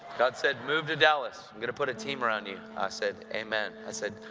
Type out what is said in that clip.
god said, move to dallas! i'm going to put a team around you. i said amen. i said,